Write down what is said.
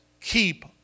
keep